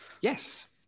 Yes